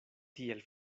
tiel